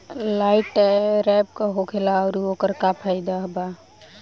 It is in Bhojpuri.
लाइट ट्रैप का होखेला आउर ओकर का फाइदा बा?